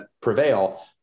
prevail